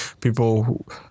people